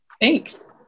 Thanks